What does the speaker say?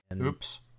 Oops